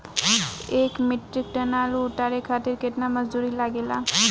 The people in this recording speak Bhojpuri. एक मीट्रिक टन आलू उतारे खातिर केतना मजदूरी लागेला?